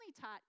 taught